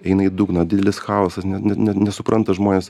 eina į dugną didelis chaosas ne ne nesupranta žmonės